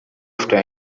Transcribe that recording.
after